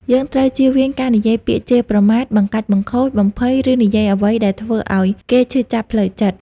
យើងត្រូវជៀសវាងការនិយាយពាក្យជេរប្រមាថ បង្កាច់បង្ខូច បំភ័យ ឬនិយាយអ្វីដែលធ្វើឲ្យគេឈឺចាប់ផ្លូវចិត្ត។